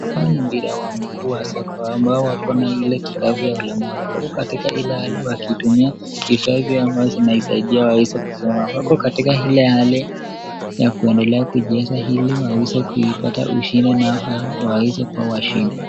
Huu ni mpira wa mguu wa soka ambao wako na ile kifaa ya ulemavu wako katika ile hali wakitumia vifaa ambavyo zinasaidia waweze kusimama. Wako katika ile hali ya kuendea kucheza ili waweze kupata ushindi au waweze washindi.